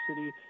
city